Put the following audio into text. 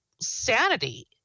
sanity